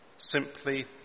Simply